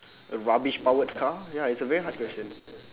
a rubbish powered car ya it's a very hard question